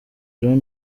john